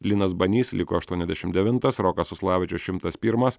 linas banys liko aštuoniasdešimt devintas rokas suslavičius šimtas pirmas